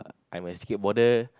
I'm a skateboarder